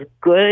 good